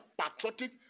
patriotic